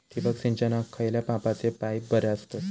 ठिबक सिंचनाक खयल्या मापाचे पाईप बरे असतत?